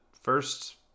first